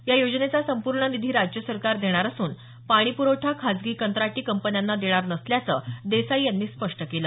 या योजनेचा संपूर्ण निधी राज्य सरकार देणार असून पाणीप्रवठा खाजगी कंत्राटी कंपन्यांना देणार नसल्याचं देसाई यांनी स्पष्ट केलं